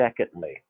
Secondly